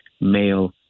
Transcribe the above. male